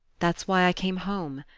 that's why i came home.